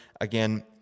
again